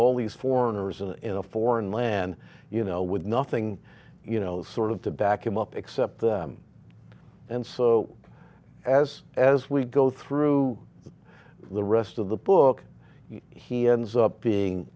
all these foreigners in a foreign land you know with nothing you know sort of to back him up except and so as as we go through the rest of the book he ends up being